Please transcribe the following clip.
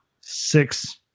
six